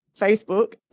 Facebook